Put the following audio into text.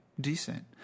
Decent